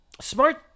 smart